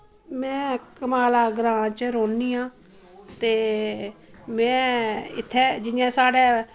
में कमाला ग्रां च रौह्नियां ते में इत्थैं जियां साढ़ै